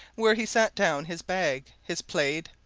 where he set down his bag, his plaid,